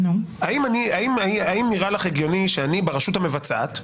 האם נראה לך הגיוני שאני ברשות המבצעת,